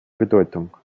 bedeutung